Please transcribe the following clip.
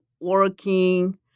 working